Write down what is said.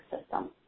system